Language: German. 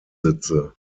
sitze